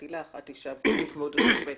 כתבתי לך ואת השבת לי כבוד השופטת.